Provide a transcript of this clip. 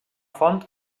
font